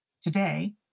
today